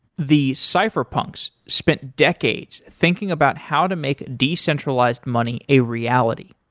the cypherpunks spent decades thinking about how to make decentralized money a reality.